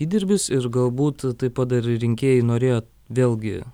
įdirbis ir galbūt taip pat dar ir rinkėjai norėjo vėlgi